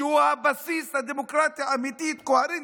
שהוא הבסיס לדמוקרטיה אמיתית, קוהרנטית.